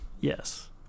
Yes